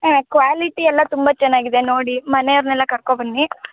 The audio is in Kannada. ಹಾಂ ಕ್ವಾಲಿಟಿ ಎಲ್ಲ ತುಂಬ ಚೆನ್ನಾಗಿದೆ ನೋಡಿ ಮನೆಯವ್ರನ್ನೆಲ್ಲ ಕರ್ಕೊಂ ಬನ್ನಿ